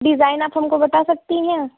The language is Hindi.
डीज़ाइन आप हमको बता सकती हैं